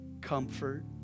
comfort